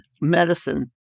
medicine